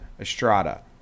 Estrada